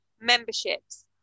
memberships